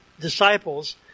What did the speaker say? disciples